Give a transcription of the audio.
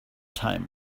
time